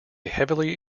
heavily